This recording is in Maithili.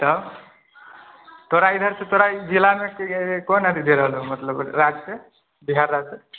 त तोरा ईधर सँ तोरा जिला मे कोन अथी दए रहल हउ मतलब राज से बिहार राज से